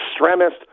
extremist